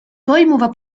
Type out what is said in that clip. toimuva